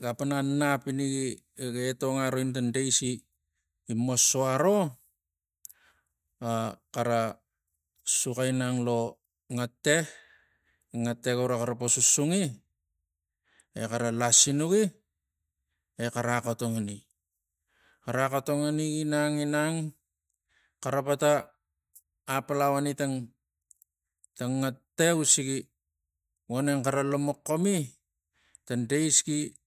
ga pana nap ini gi etong aro ina tang dais gimoso aro a xara soxo inang lo ngata ngata gura xara po sunsungi ginang ginang xara pata apalau ani tang ngata usigi ro neng xara lomoxomi tang dais gi